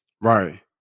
Right